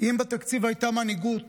אם בתקציב הייתה מנהיגות,